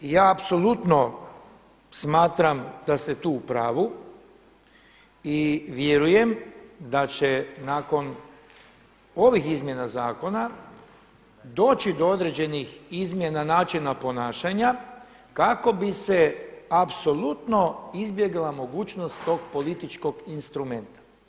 Ja apsolutno smatram da ste tu u pravu i vjerujem da će nakon ovih izmjena zakona doći do određenih izmjena načina ponašanja kako bi se apsolutno izbjegla mogućnost tog političkog instrumenta.